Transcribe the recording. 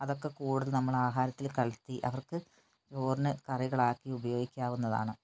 അതൊക്കെ കൂടുതൽ നമ്മൾ ആഹാരത്തിൽ കലർത്തി അവർക്ക് ചോറിന് കറികളാക്കി ഉപയോഗിക്കാവുന്നതാണ്